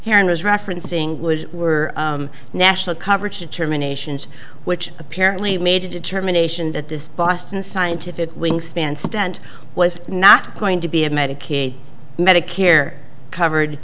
sharon was referencing was were national coverage determinations which apparently made a determination that this boston scientific wingspan stent was not going to be a medicaid medicare covered